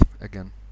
again